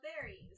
berries